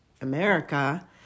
America